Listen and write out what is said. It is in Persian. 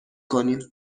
کنیم